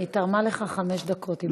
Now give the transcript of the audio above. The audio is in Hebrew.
היא תרמה לך חמש דקות, אם אתה רוצה.